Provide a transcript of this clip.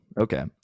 Okay